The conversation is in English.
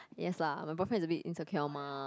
yes lah my boyfriend is a bit insecure mah